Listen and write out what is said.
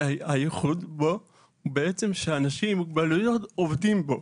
הייחוד בו הוא שאנשים עם מוגבלויות עובדים בו.